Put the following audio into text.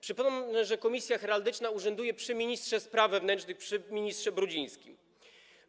Przypomnę, że Komisja Heraldyczna urzęduje przy ministrze spraw wewnętrznych, przy ministrze Brudzińskim: